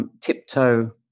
tiptoe